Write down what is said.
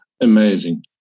Amazing